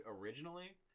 originally